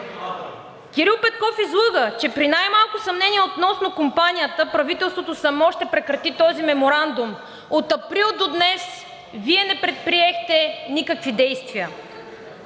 Кирил Петков излъга, че при най малко съмнение относно компанията правителството само ще прекрати този меморандум. От април до днес Вие не предприехте никакви действия.